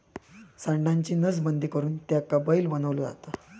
सांडाची नसबंदी करुन त्याका बैल बनवलो जाता